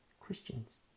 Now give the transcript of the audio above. Christians